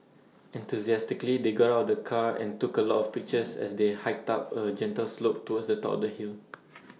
enthusiastically they got out of the car and took A lot of pictures as they hiked up A gentle slope towards the top of the hill